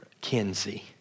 Kenzie